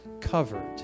covered